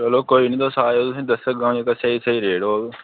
चलो कोई निं तुस आएओ तुसें दस्सगा अ'ऊं जेह्ड़ा स्हेई स्हेई रेट होग